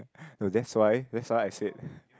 no that's why that's why I said